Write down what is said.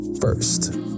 first